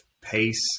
pace